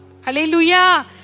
Hallelujah